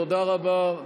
תודה רבה.